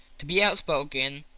to be outspoken,